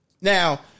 Now